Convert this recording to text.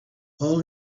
all